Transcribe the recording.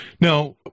Now